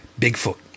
Bigfoot